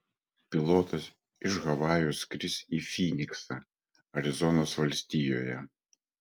pilotas iš havajų skris į fyniksą arizonos valstijoje